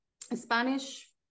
spanish